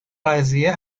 قضیه